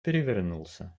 перевернулся